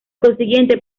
consiguiente